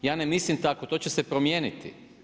Ja ne mislim tako, to će se promijeniti.